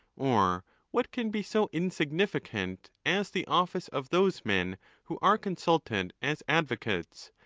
or what can be so insignificant as the office of those men who are consulted as advocates,